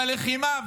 בלחימה,